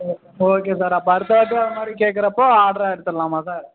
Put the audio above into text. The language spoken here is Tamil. ஓகே ஓகே சார் அப்போ அடுத்தவாட்டி அந்த மாதிரி கேட்குறப்ப ஆர்டராக எடுத்துடலாமா சார்